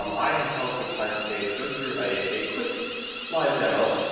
um i have held some time today to go through a a quick live demo.